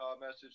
message